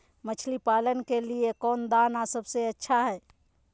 मछली पालन के लिए कौन दाना सबसे अच्छा है?